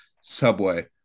Subway